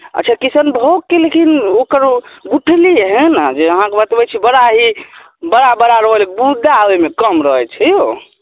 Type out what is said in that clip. अच्छा किसनभोगकेँ लेकिन ओकर गुठली हय ने जे अहाँके बतबैत छी बड़ा ही बड़ा बड़ा रहलै गुद्दा ओहिमे कम रहै छै यो